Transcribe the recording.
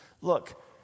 look